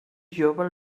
jove